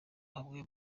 hamwe